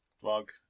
drug